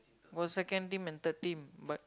was second team and third team but